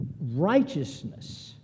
righteousness